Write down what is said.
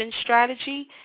strategy